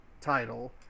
title